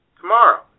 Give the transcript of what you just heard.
Tomorrow